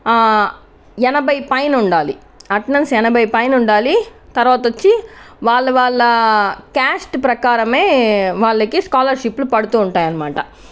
ఎనభై పైన ఉండాలి అటెండెన్స్ ఎనభై పైన ఉండాలి తర్వాత వచ్చి వాళ్ళు వాళ్ళ క్యాస్ట్ ప్రకారమే వాళ్లకి స్కాలర్షిప్లు పడతూ ఉంటాయనమాట